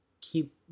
keep